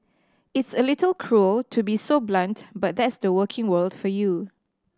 it's a little cruel to be so blunt but that's the working world for you